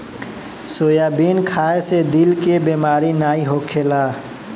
soybean खाए से दिल के बेमारी नाइ होखेला